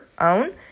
own